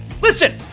Listen